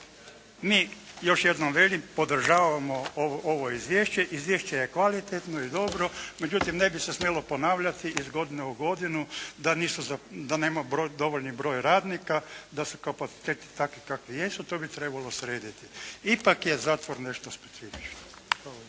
mi još jednom kažem podržavamo ovo izvješće, izvješće je kvalitetno i dobro. Međutim, ne bi se smjelo ponavljati iz godine u godinu da nema dovoljni broj radnika, da su kapaciteti takvi kakvi jesu. To bi trebalo srediti. Ipak je zatvor nešto specifično.